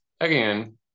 again